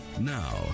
now